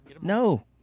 No